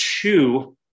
two